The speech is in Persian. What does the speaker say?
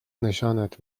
نشانت